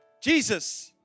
Jesus